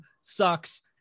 sucks